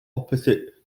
opposite